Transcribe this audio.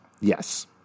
Yes